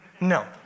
No